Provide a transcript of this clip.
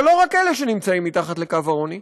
אבל לא רק אלה שנמצאים מתחת לקו העוני,